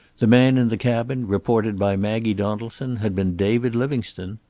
the man in the cabin, reported by maggie donaldson, had been david livingstone.